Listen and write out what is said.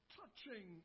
touching